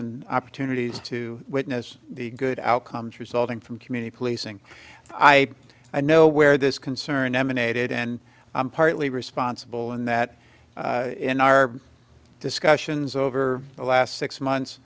and opportunities to witness the good outcomes resulting from community policing i i know where this concern emanated and i'm partly responsible and that in our discussions over the last six months